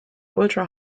ultra